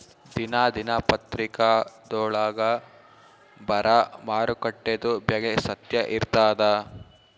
ದಿನಾ ದಿನಪತ್ರಿಕಾದೊಳಾಗ ಬರಾ ಮಾರುಕಟ್ಟೆದು ಬೆಲೆ ಸತ್ಯ ಇರ್ತಾದಾ?